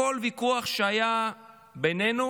כל ויכוח שהיה בינינו